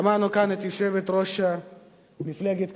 שמענו כאן את יושבת-ראש מפלגת קדימה,